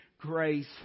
grace